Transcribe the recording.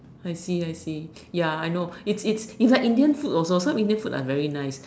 I see I see ya I know it's it's it's like Indian food also some Indian food are very nice